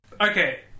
Okay